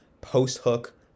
post-hook